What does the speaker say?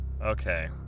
Okay